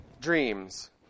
dreams